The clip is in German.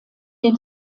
den